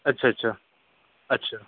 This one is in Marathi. अच्छा अच्छा अच्छा